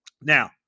Now